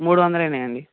మూడు వందలయినా ఇవ్వండి